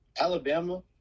Alabama